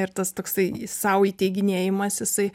ir tas toksai sau įteiginėjimas jisai